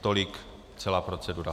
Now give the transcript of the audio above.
Tolik celá procedura.